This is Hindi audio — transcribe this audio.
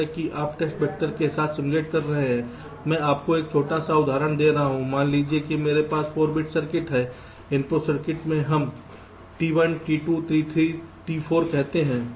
जैसे कि आप टेस्ट वैक्टर के साथ सिम्युलेट कर रहे हैं मैं आपको एक छोटा सा उदाहरण दे रहा हूं मान लीजिए कि मेरे पास 4 बिट सर्किट हैं इनपुट सर्किट के लिए हम टी 1 टी 2 टी 3 टी 4 कहते हैं